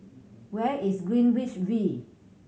where is Greenwich V